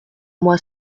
moi